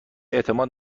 اعتماد